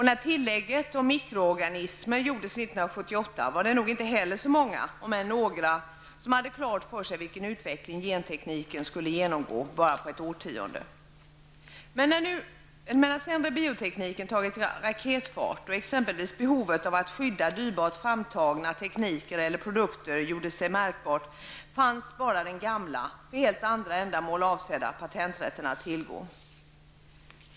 När tillägget om mikroorganismer gjordes 1978 var det nog inte heller så många -- om än några -- som hade klart för sig vilken utveckling gentekniken skulle genomgå bara på ett årtionde. Men när sedan biotekniken tog raketfart och exempelvis behovet av att skydda dyrbart framtagna tekniker eller produkten gjorde sig märkbart, fanns bara den gamla, för helt andra ändamål avsedda, patenträtten att tillgå.